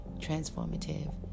transformative